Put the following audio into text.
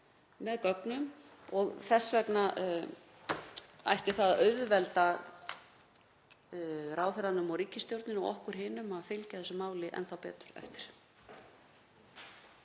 með gögnum. Þess vegna ætti það að auðvelda ráðherranum og ríkisstjórninni og okkur hinum að fylgja þessu máli enn þá betur eftir.